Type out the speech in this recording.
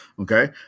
okay